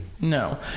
No